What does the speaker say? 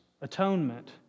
atonement